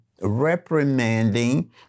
reprimanding